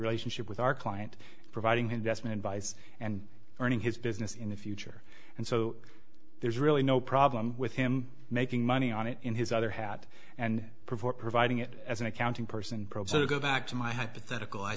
relationship with our client providing investment advice and earning his business in the future and so there's really no problem with him making money on it in his other hat and proport providing it as an accounting person probe so they go back to my hypothetical i